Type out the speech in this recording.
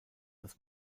das